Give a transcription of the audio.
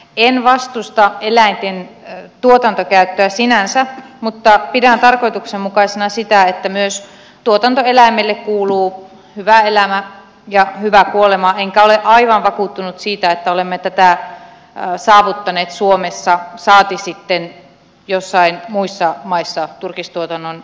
en vastusta eläinten tuotantokäyttöä sinänsä mutta pidän tarkoituksenmukaisena sitä että myös tuotantoeläimelle kuuluu hyvä elämä ja hyvä kuolema enkä olen aivan vakuuttunut siitä että olemme tätä saavuttaneet suomessa saati sitten jossain muissa maissa turkistuotannon osalta